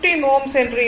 5 Ω என்று இருக்கும்